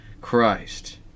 Christ